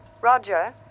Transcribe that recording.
Roger